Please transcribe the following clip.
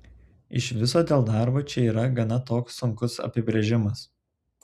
iš viso dėl darbdavio čia yra gana toks sunkus apibrėžimas